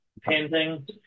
painting